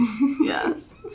Yes